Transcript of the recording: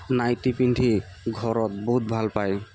ninety পিন্ধি ঘৰত বহুত ভাল পায়